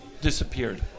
disappeared